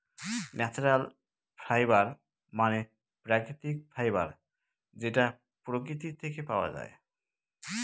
natural fibre মানে প্রাকৃতিক fibre যেটা প্রকৃতি থেকে পাওয়া যায়